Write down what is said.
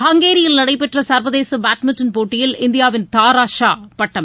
ஹங்கேரியில் நடைபெற்ற சர்வதேச பேட்மிண்டன் போட்டியில் இந்தியாவின் தாரா ஷா பட்டம்